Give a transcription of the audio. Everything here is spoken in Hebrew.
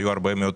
היו הרבה מאוד